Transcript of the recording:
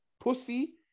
pussy